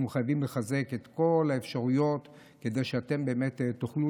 אנחנו חייבים לחזק את כל האפשרויות כדי שאתם באמת גם תוכלו